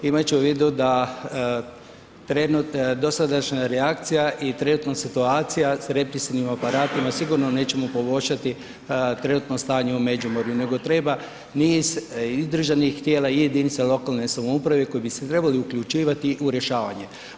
Imat ću u vidu da dosadašnja reakcija i trenutna situacija sa represivnim aparatima sigurno nećemo poboljšati trenutno stanje u Međimurju, nego treba niz i državnih tijela i jedinica lokalne samoupravne koje bi se trebali uključivati u rješavanje.